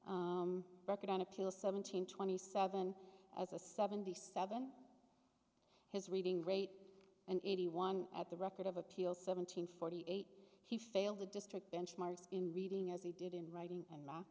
at record on appeal seventeen twenty seven as a seventy seven his reading rate and eighty one at the record of appeals seventeen forty eight he failed the district benchmarks in reading as he did in writing and math